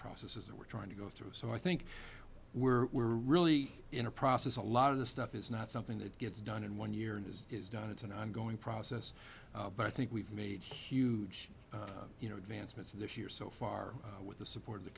processes that we're trying to go through so i think we're we're really in a process a lot of this stuff is not something that gets done in one year and as is done it's an ongoing process but i think we've made huge you know advancements this year so far with the support